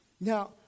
Now